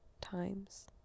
times